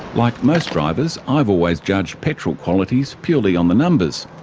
like most drivers, i've always judged petrol qualities purely on the numbers.